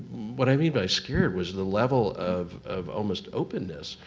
what i mean by scared was the level of of almost openness.